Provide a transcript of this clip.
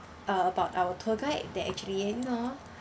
uh about our tour guide that actually you know